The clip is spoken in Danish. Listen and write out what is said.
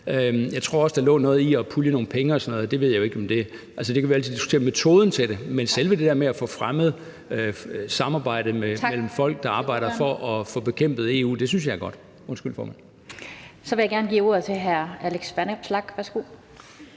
Jeg tror også, at der lå noget i at pulje nogle penge osv. Det kan vi jo altid diskutere metoden til, men selve det med at få fremmet samarbejdet mellem folk, der arbejder for at få bekæmpet EU, synes jeg er godt. Kl. 13:07 Den fg. formand (Annette Lind): Tak. Så vil jeg gerne give ordet til hr. Alex Vanopslagh. Værsgo.